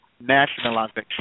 nationalization